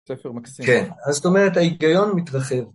ספר מקסים. כן, זאת אומרת ההיגיון מתרחב.